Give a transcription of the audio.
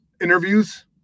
interviews